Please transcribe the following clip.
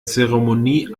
zeremonie